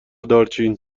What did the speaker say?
دارچین